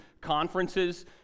conferences